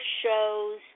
shows